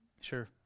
sure